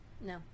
No